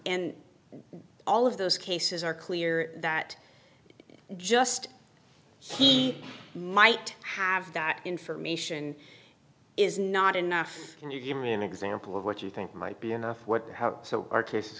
and all of those cases are clear that just he might have that information is not enough can you give me an example of what you think might be enough what so our case